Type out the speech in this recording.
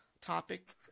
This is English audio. topic